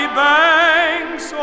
banks